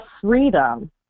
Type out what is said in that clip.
freedom